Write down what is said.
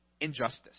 injustice